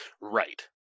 Right